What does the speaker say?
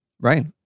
Right